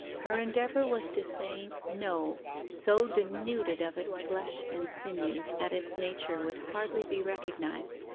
her endeavour was to say no, so denuded of its flesh and sinews that its nature would hardly be recognized,